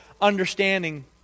understanding